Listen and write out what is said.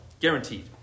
Guaranteed